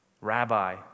Rabbi